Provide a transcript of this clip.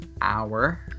hour